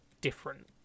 different